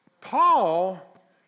Paul